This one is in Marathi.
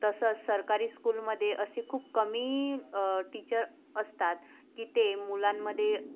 तसंच सरकारी स्कूलमध्ये असे खूप कमी टीचर असतात की ते मुलांमध्ये